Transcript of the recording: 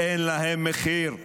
אין להם מחיר.